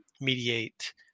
mediate